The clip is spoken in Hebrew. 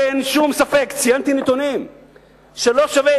אין שום ספק, ציינתי נתונים, שלא שווה.